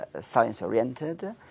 science-oriented